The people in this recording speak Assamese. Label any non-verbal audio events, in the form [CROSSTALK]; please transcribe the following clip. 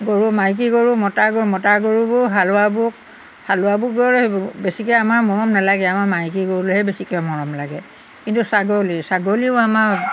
গৰু মাইকী গৰু মতা গৰু মতা গৰুবোৰ হালোৱাবোৰক হালোৱা [UNINTELLIGIBLE] বেছিকৈ আমাৰ মৰম নালাগে আমাৰ মাইকী গৰুলেহে বেছিকৈ মৰম লাগে কিন্তু ছাগলী ছাগলীও আমাৰ